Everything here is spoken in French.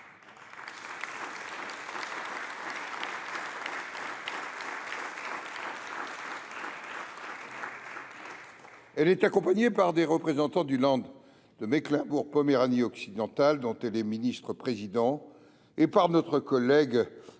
est accompagnée par des représentants du de Mecklembourg Poméranie Occidentale, dont elle est ministre président, et par notre collègue